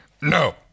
no